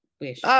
wish